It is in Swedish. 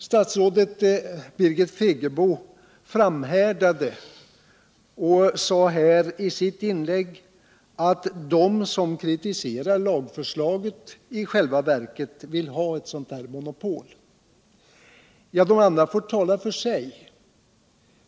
Statsrådet Birgit Friggebo framhärdade och sade i sitt inlägg här att de som kritiserar lagförslaget i själva verket vill ha ett sådant monopol. Birgit Friggebo och andra får tala för sig.